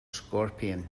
scorpion